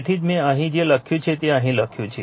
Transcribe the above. તેથી જ મેં અહીં જે લખ્યું છે તે અહીં લખ્યું છે